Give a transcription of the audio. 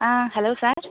ah hello sir